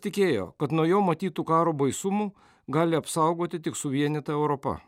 tikėjo kad nuo jo matytų karo baisumų gali apsaugoti tik suvienyta europa